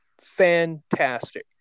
Fantastic